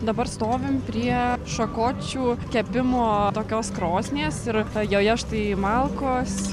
dabar stovim prie šakočių kepimo tokios krosnies ir joje štai malkos